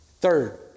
Third